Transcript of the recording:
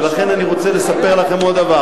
ולכן אני רוצה לספר לכם עוד דבר: